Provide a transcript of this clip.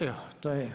Evo to je.